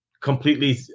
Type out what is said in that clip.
completely